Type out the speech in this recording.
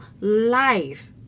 life